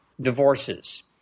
divorces